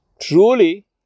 truly